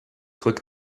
click